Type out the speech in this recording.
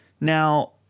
Now